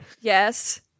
Yes